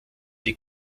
die